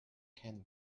can